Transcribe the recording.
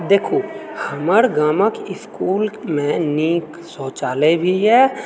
देखू हमर गामक इस्कूलमे नीक शौचालय भी यऽ